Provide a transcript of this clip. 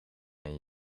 een